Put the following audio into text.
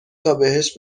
تابهش